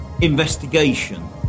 investigation